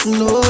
no